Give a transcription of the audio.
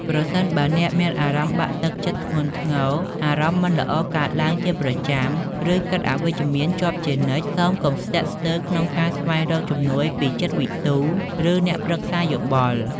ប្រសិនបើអ្នកមានអារម្មណ៍បាក់ទឹកចិត្តធ្ងន់ធ្ងរ អារម្មណ៍មិនល្អកើតឡើងជាប្រចាំ ឬគិតអវិជ្ជមានជាប់ជានិច្ច សូមកុំស្ទាក់ស្ទើរក្នុងការស្វែងរកជំនួយពីចិត្តវិទូ ឬអ្នកប្រឹក្សាយោបល់។